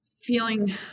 feeling